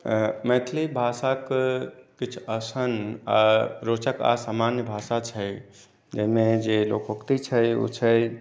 मैथिली भाषाके किछु ऐसन रोचक असामान्य भाषा छै एहिमे जे लोकोक्ति छै ओ छै